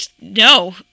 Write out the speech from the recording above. No